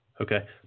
Okay